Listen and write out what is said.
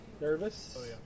nervous